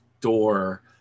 door